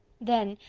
then,